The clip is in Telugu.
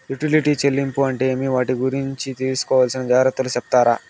యుటిలిటీ చెల్లింపులు అంటే ఏమి? వాటి గురించి తీసుకోవాల్సిన జాగ్రత్తలు సెప్తారా?